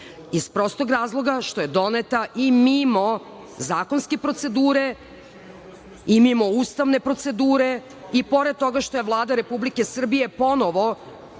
iz prostog razloga što je doneta i mimo zakonske procedure i mimo ustavne procedure i pored toga što je Vlada Republike Srbije ponovo